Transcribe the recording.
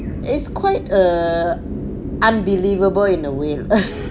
is quite err unbelievable in a way